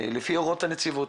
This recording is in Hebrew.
לפי הוראות הנציבות.